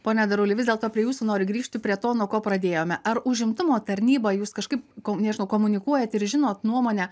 pone daruli vis dėlto prie jūsų noriu grįžti prie to nuo ko pradėjome ar užimtumo tarnyba jūs kažkaip ko nežinau komunikuojat ir žinot nuomonę